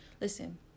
listen